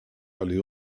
holy